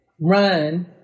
run